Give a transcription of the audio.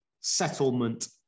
settlement